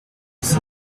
公司